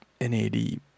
nad